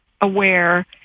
aware